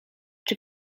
czy